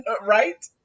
Right